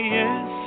yes